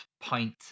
pint